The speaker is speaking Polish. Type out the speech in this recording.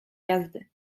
jazdy